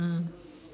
mm mm